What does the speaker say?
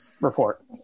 report